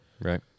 Right